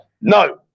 No